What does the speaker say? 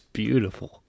beautiful